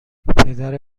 پدر